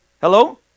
Hello